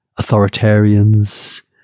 authoritarians